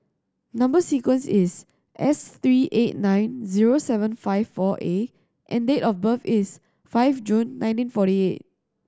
number sequence is S three eight nine zero seven five four A and date of birth is five June nineteen forty eight